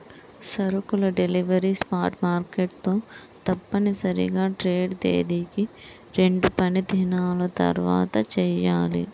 సరుకుల delivery spot market తో తప్పనిసరిగా ట్రేడ్ తేదీకి రెండుపనిదినాల తర్వాతచెయ్యాలి